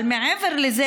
אבל מעבר לזה,